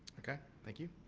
okay. thank you.